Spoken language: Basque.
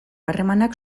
harremanak